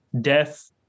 death